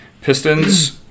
Pistons